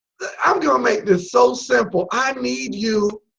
i'm going to make this so simple i need you.